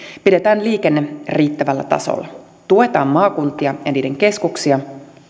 pidetään liikenne riittävällä tasolla tuetaan maakuntia ja niiden keskuksia